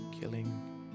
killing